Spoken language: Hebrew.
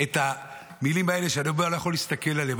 את המילים, שאני אומר: אני לא יכול להסתכל עליהם.